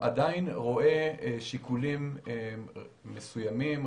עדיין רואה שיקולים מסוימים,